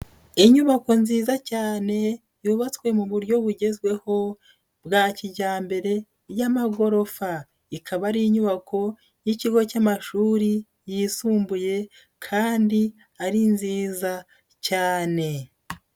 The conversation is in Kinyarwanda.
Inyubako nziza cyane, yubatswe mu buryo bugezweho bwa kijyambere y'amagorofa. Ikaba ari inyubako y'ikigo cy'amashuri yisumbuye kandi ari nziza cyane.